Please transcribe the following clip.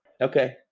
okay